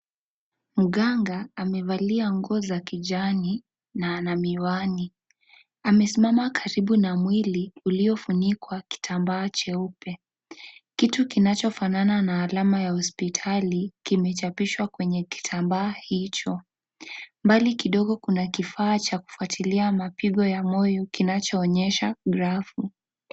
Mganga amevalia nguo za kijani na ana miwani, amesimama karibu na mwili uliofunikwa kitambaa nyeupe, kitu kinachofanana na alama ya hospitali kimechapishwa kwenye kitambaa hicho. Mbali kidogo kuna kifaa chakufuatilia mapigo ya moyo kinacho onyesha grafu.